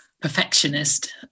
perfectionist